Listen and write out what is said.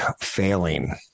failing